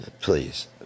please